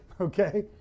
okay